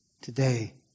Today